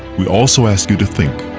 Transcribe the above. we also ask you to think